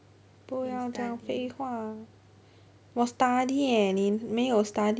不要讲废话我 study eh 你没有 study